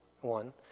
one